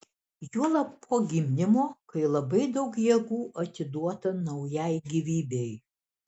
juolab po gimdymo kai labai daug jėgų atiduota naujai gyvybei